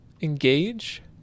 Engage